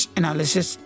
analysis